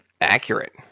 Accurate